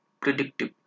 predictive